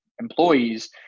employees